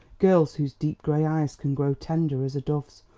girls whose deep grey eyes can grow tender as a dove's,